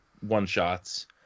one-shots